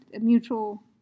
mutual